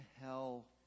hell